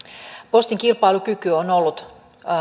postin kilpailukyky on ollut